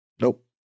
Nope